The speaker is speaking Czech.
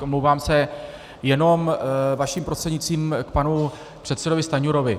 Omlouvám se, jenom vaším prostřednictvím k panu předsedovi Stanjurovi.